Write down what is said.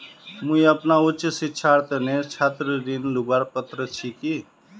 मुई अपना उच्च शिक्षार तने छात्र ऋण लुबार पत्र छि कि?